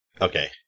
Okay